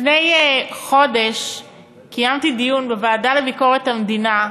לפני חודש קיימתי דיון בוועדה לביקורת המדינה.